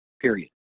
period